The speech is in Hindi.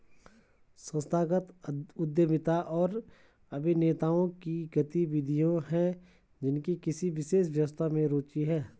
संस्थागत उद्यमिता उन अभिनेताओं की गतिविधियाँ हैं जिनकी किसी विशेष व्यवस्था में रुचि है